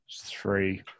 Three